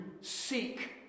seek